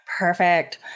Perfect